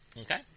Okay